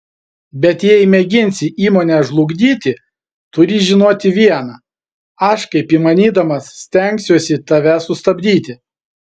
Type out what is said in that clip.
bet jei mėginsi įmonę žlugdyti turi žinoti viena aš kaip įmanydamas stengsiuosi tave sustabdyti